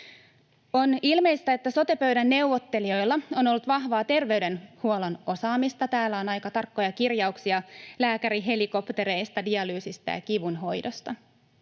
On ilmeistä, että sote-pöydän neuvottelijoilla on ollut vahvaa terveydenhuollon osaamista. Täällä on aika tarkkoja kirjauksia lääkärihelikoptereista, dialyysistä ja kivun hoidosta